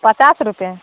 पचास रूपे